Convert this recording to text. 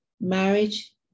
marriage